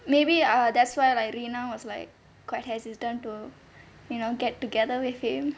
maybe uh that's why like rena was like quite hesitant to you know get together with him